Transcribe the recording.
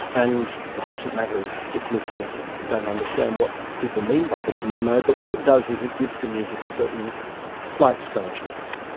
and it doesn't matter if if listeners don't understand what people mean by the lydian mode, but what it does is, it gives the music a certain slight strangeness.